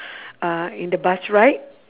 uh in the bus ride